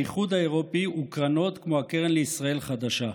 האיחוד האירופי וקרנות כמו הקרן לישראל חדשה.